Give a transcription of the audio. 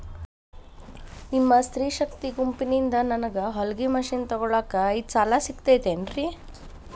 ನಿಮ್ಮ ಸ್ತ್ರೇ ಶಕ್ತಿ ಗುಂಪಿನಿಂದ ನನಗ ಹೊಲಗಿ ಮಷೇನ್ ತೊಗೋಳಾಕ್ ಐದು ಸಾಲ ಸಿಗತೈತೇನ್ರಿ?